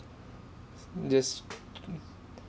mm just